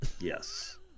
Yes